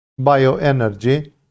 bioenergy